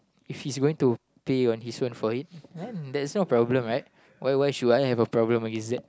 if he's going to pay on his own for it then there's no problem right why why should I have a problem against that